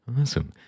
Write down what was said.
Awesome